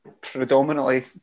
Predominantly